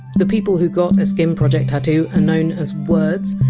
the people who got a skin project tattoo are known as words,